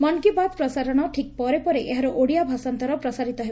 ମନ୍ କି ବାତ୍ ପ୍ରସାରଣର ଠିକ୍ ପରେ ପରେ ଏହାର ଓଡ଼ିଆ ଭାଷାନ୍ତର ପ୍ରସାରିତ ହେବ